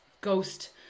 ghost